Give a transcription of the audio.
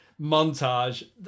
montage